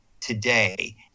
today